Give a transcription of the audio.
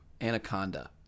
Anaconda